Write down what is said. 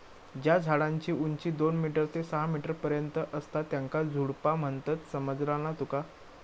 ज्या झाडांची उंची दोन मीटर ते सहा मीटर पर्यंत असता त्येंका झुडपा म्हणतत, समझला ना तुका?